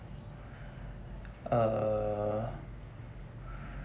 uh